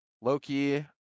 Loki